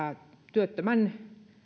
työttömän